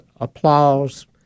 applause